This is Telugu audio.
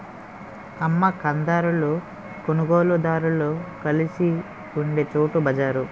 అమ్మ కందారులు కొనుగోలుదారులు కలిసి ఉండే చోటు బజారు